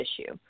issue